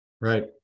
right